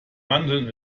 mandeln